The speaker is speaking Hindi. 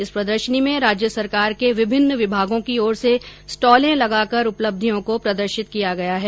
इस प्रदर्शनी में राज्य सरकार के विभिन्न विभागों की ओर से स्टॉले लगाकर उपलब्धियों को प्रदर्शित किया गया है